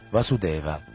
Vasudeva